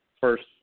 First